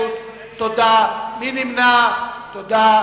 הוועדה, נתקבלו.